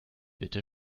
bitte